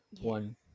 one